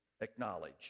Acknowledge